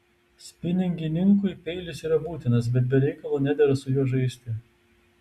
spiningininkui peilis yra būtinas bet be reikalo nedera su juo žaisti